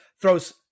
throws